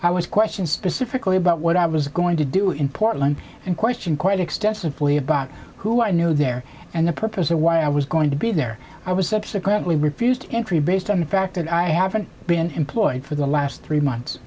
i was questioned specifically about what i was going to do in portland and question quite extensively about who i knew there and the purpose or why i was going to be there i was subsequently refused entry based on the fact that i haven't been employed for the last three months